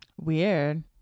Weird